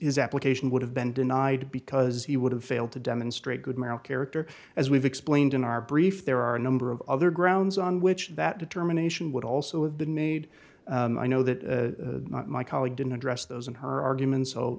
his application would have been denied because he would have failed to demonstrate good moral character as we've explained in our brief there are a number of other grounds on which that determination would also have been made i know that my colleague didn't address those in her argument so